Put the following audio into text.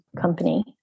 company